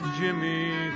Jimmy